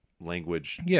language